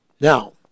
now